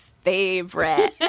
favorite